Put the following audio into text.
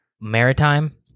maritime